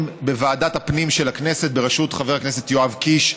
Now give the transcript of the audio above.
בוועדת הפנים של הכנסת בראשות חבר הכנסת יואב קיש,